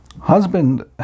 Husband